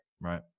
Right